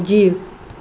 जीउ